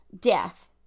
death